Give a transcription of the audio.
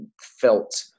felt